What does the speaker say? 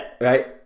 Right